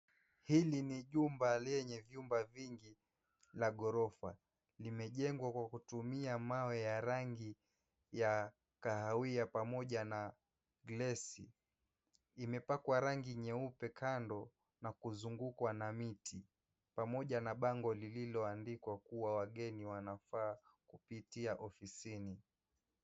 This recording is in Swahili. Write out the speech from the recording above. Hili ni jumba lenye vyumba vingi la ghorofa. Limejengwa kwa kutumia mawe ya rangi ya kahawia pamoja na glass . Imepakwa rangi nyeupe kando na kuzungukwa na miti pamoja na bango lililoandikwa kuwa wageni wanafaa kupitia ofisini.